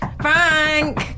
Frank